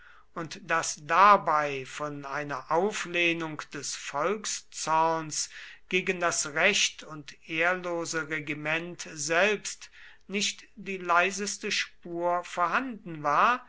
und daß dabei von einer auflehnung des volkszorns gegen das recht und ehrlose regiment selbst nicht die leiseste spur vorhanden war